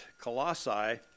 Colossae